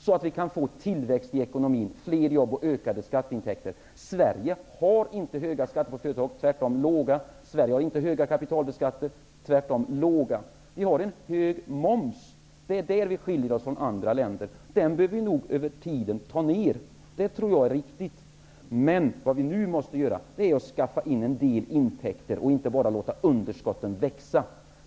Då kan vi få tillväxt i ekonomin, fler jobb och ökade skatteintäkter. Sverige har inte höga skatter på företag, utan tvärtom låga. Sverige har inte eller höga kapitalskatter, utan tvärtom låga. Vi har en hög moms, och det är på den punkten som vi skiljer oss från andra länder. Jag tror att det är riktigt att på sikt sänka den. Men vad vi nu måste göra är att skaffa in en del intäkter och inte bara låta underskotten växa.